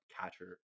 catcher